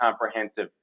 comprehensive